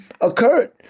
occurred